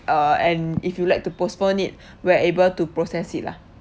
uh and if you like to postpone it we're able to process it lah